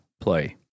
play